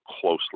closely